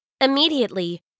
Immediately